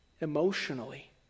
emotionally